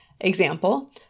example